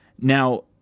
now